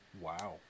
Wow